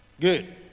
Good